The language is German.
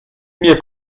mir